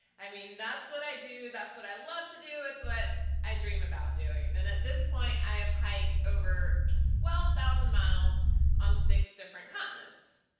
i mean that's what i do, that's what i love to do, that's what i dream about doing and and at this point i have hiked over twelve thousand miles on six different continents.